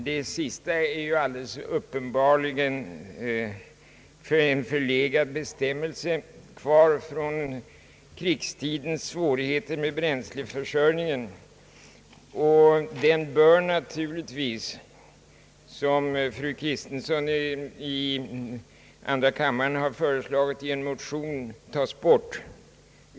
Det sista är ju alldeles uppenbart en förlegad bestämmelse från krigstidens svårigheter med bränsleförsörjningen, och den bör naturligtvis, som fru Kristensson i andra kammaren har föreslagit i en motion, tagas bort.